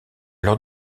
leur